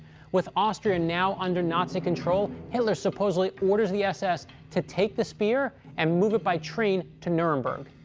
with austria and now under nazi control, hitler supposedly orders the s s. to take the spear and move it by train to nuremberg.